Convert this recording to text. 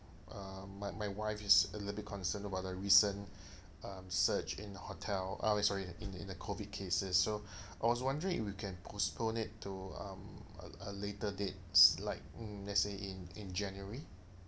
uh my my wife is a little bit concerned about the recent um surge in hotel I mean sorry in the in the COVID cases so I was wondering if we can postpone it to um a a later dates like mm let's say in in january